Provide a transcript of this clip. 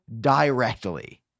directly